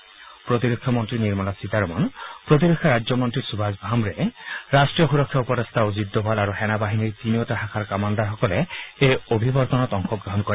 অনুষ্ঠানত প্ৰতিৰক্ষা মন্ত্ৰী নিৰ্মলা সীতাৰামন প্ৰতিৰক্ষা ৰাজ্যমন্ত্ৰী সুভাষ ভামে ৰাট্ৰীয় সুৰক্ষা উপদেষ্টা অজিত দোভাল আৰু সেনা বাহিনীৰ তিনিওটা শাখাৰ কামাণ্ডাৰসকলে এই অভিৱৰ্তনত অংশগ্ৰহণ কৰে